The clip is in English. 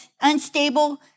unstable